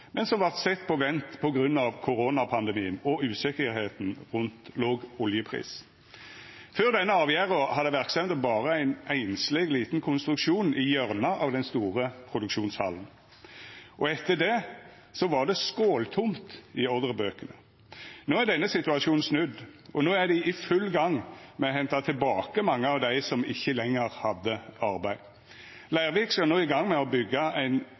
men som vart sett på vent grunna koronapandemien og usikkerheit rundt låg oljepris. Før denne avgjerda hadde verksemda berre ein einsleg liten konstruksjon i hjørnet av den store produksjonshallen. Etter det var det skåltomt i ordrebøkene. No er denne situasjonen snudd, og dei er i full gang med å henta tilbake mange av dei som ikkje lenger hadde arbeid. Leirvik skal no i gang med å byggja ein